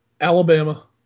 Alabama